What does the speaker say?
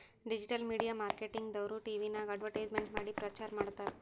digital media marketing ದವ್ರು ಟಿವಿನಾಗ್ advertisement ಮಾಡಿ ಪ್ರಚಾರ್ ಮಾಡ್ತಾರ್